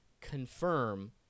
confirm